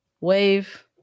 wave